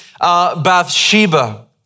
Bathsheba